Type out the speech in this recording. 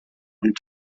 und